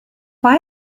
why